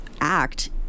act